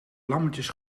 lammetjes